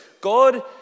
God